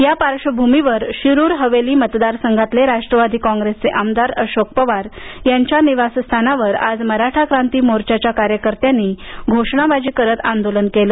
या पार्श्वभूमीवर शिरूर हवेली मतदार संघातले राष्ट्रवादी काँग्रेसचे आमदार अशोक पवार यांच्या निवासस्थानावर आज मराठा क्रांती मोर्चाच्या कार्यकर्त्यांनी घोषणाबाजी करत आंदोलन केलं